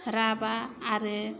राभा आरो